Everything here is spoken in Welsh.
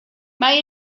mae